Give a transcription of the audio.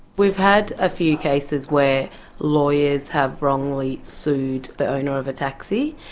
we've had a few cases where lawyers have wrongly sued the owner of a taxi.